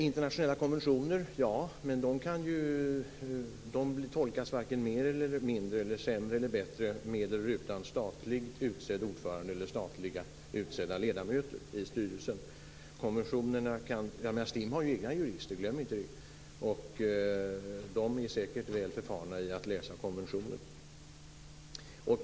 Internationella konventioner tolkas varken sämre eller bättre med eller utan statligt utsedd ordförande eller statligt utsedda ledamöter i styrelsen. Glöm inte att STIM har egna jurister, som säkert är väl förfarna i att läsa konventioner.